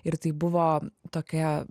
ir tai buvo tokia